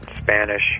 spanish